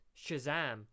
Shazam